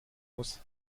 muss